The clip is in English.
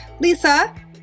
Lisa